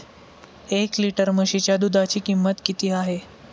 एक लिटर म्हशीच्या दुधाची किंमत किती आहे?